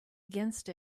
against